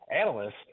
analysts